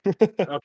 okay